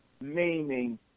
meaning